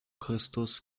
christus